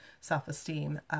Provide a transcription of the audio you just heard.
self-esteem